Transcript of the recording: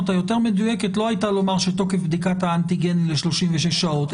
היותר מדויקת לא הייתה לומר שתוקף בדיקת האנטיגן היא ל-36 שעות,